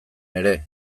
ere